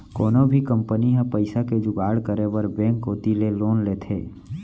कोनो भी कंपनी ह पइसा के जुगाड़ करे बर बेंक कोती ले लोन लेथे